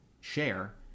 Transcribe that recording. share